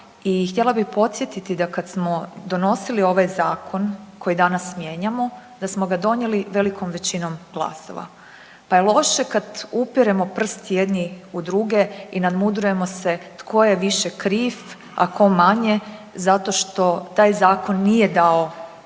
htjela bih podsjetiti da kad smo donosili ovaj zakon koji danas mijenjamo da smo ga donijeli velikom većinom glasova, pa je loše kad upiremo prst jedni u druge i nadmudrujemo se tko je više kriv, a tko manje zato što taj zakon nije dao